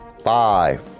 Five